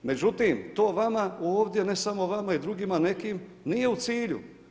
Međutim, to vama ovdje i ne samo vama, drugima nekim nije u cilju.